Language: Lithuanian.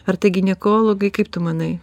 ar tai ginekologai kaip tu manai